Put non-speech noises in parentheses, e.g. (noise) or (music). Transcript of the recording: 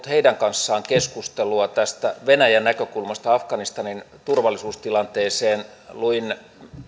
(unintelligible) heidän kanssaan keskustelua tästä venäjän näkökulmasta afganistanin turvallisuustilanteeseen luin